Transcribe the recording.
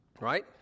right